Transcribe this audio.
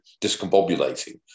discombobulating